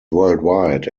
worldwide